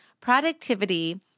productivity